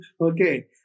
Okay